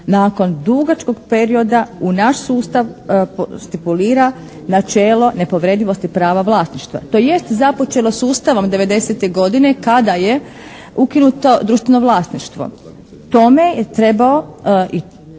nakon dugačkog perioda u naš sustav stipulira načelo nepovredivosti prava vlasništva, tj. započelo sustavom '90. godine kada je ukinuto društveno vlasništvo. Tome je trebao i